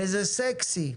וזה סקסי,